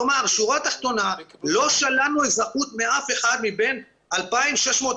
שורה תחתונה, לא שללנו אזרחות מאף אחד מבין 2,626,